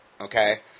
okay